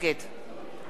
סעיד נפאע,